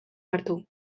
hartu